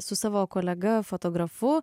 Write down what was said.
su savo kolega fotografu